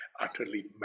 utterly